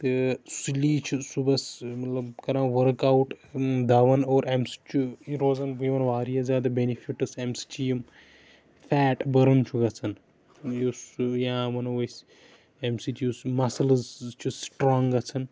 تہِ سُلی چھُ صُبحس مَطلب ؤرِک اَوُٹ دَوان اور امہِ سۭتۍ چھُ روزان یِوان واریاہ زیادٕ بیٚنِفِٹٕس امہ سۭتۍ چھِ یِم فیٹ بٔرٕنۍ چھُ گَژَھان یُس سُہ یا وَنو أسۍ امہ سۭتۍ یُس مَسلٕز چھُ سٹرانگ گَژھان